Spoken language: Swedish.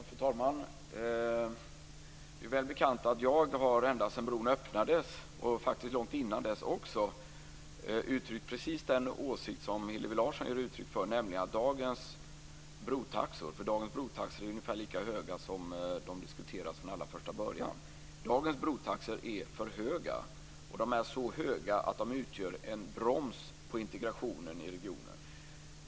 Fru talman! Det är väl bekant att jag ända sedan bron öppnades, och faktiskt långt innan dess också, har uttryck precis den åsikt som Hillevi Larsson ger uttryck för, nämligen att dagens brotaxor är för höga. De är ungefär lika höga som de taxor som diskuterades från allra första början. De är så höga att de utgör en broms för integrationen i regionen.